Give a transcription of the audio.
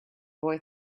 boy